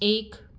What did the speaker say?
एक